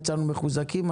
יצאנו מחוזקים',